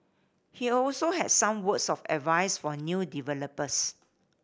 he also had some words of advice for new developers